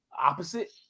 opposite